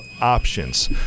options